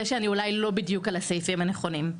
שזה אולי לא בדיוק על הסעיפים הנכונים.